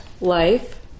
life